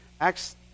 Acts